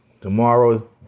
tomorrow